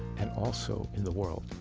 and also in the world,